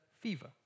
fever